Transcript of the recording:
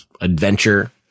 adventure